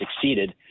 succeeded